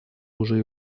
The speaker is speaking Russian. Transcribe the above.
уже